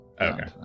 Okay